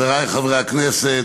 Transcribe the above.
חבריי חברי הכנסת,